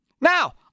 Now